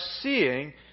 seeing